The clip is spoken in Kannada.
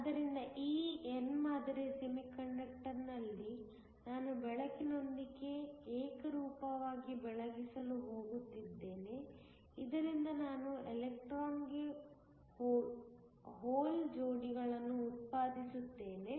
ಆದ್ದರಿಂದ ಈ n ಮಾದರಿಯ ಸೆಮಿಕಂಡಕ್ಟರ್ನಲ್ಲಿ ನಾನು ಬೆಳಕಿನೊಂದಿಗೆ ಏಕರೂಪವಾಗಿ ಬೆಳಗಿಸಲು ಹೋಗುತ್ತಿದ್ದೇನೆ ಇದರಿಂದ ನಾನು ಎಲೆಕ್ಟ್ರಾನ್ ಹೋಲ್ ಜೋಡಿಗಳನ್ನು ಉತ್ಪಾದಿಸುತ್ತೇನೆ